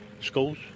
schools